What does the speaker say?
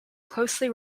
closely